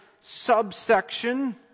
subsection